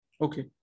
Okay